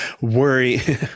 worry